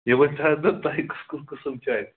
یہِ ؤنۍتَو حظ مےٚ تۄہہِ کُس کُس قٕسٕم چھُ اَتہِ